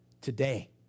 today